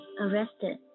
arrested